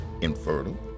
infertile